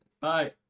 Bye